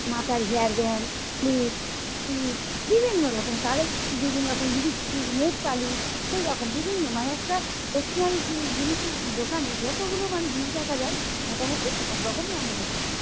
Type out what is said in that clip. মাথার hair band clip টিপ বিভিন্ন রকম তাদের বিভিন্ন রকম জিনিস নেল পালিশ এই রকম বিভিন্ন মানে একটা স্টেশেনরি জিনিসের দোকানে যতোগুলো মানে জিনিস রাখা যায় মোটামুটি সব রকমই আমরা রেখেছি